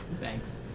Thanks